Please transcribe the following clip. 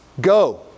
Go